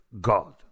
God